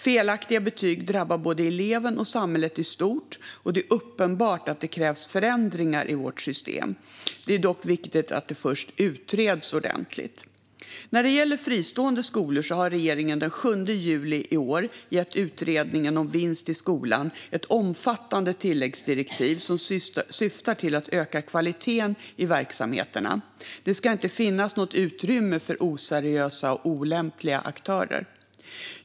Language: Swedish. Felaktiga betyg drabbar både eleven och samhället i stort, och det är uppenbart att det krävs förändringar i vårt system. Det är dock viktigt att det först utreds ordentligt. När det gäller fristående skolor gav regeringen den 7 juli i år Utredningen om vinst i skolan ett omfattande tilläggsdirektiv som syftar till att öka kvaliteten i verksamheterna. Det ska inte finnas något utrymme för oseriösa och olämpliga aktörer.